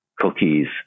cookies